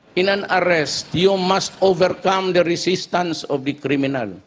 in an arrest you must overcome the resistance of the criminal.